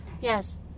Yes